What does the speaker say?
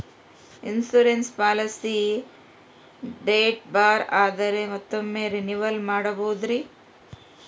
Insurance policy date ಬಾರ್ ಆದರೆ ಮತ್ತೊಮ್ಮೆ ರಿನಿವಲ್ ಮಾಡಬಹುದ್ರಿ?